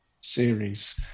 series